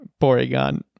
Porygon